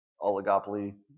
Oligopoly